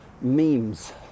memes